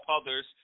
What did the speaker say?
others